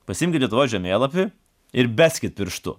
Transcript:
pasiimkit lietuvos žemėlapį ir beskit pirštu